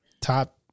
top